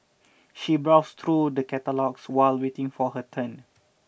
she browsed through the catalogues while waiting for her turn